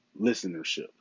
listenership